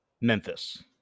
Memphis